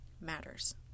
matters